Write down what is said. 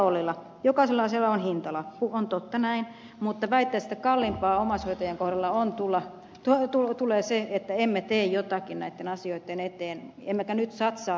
ollila jokaisella asialla on hintalappu on totta näin mutta väittäisin että kalliimmaksi omaishoitajien kohdalla tulee se että emme tee jotakin näitten asioitten eteen emmekä nyt satsaa rahallisesti niihin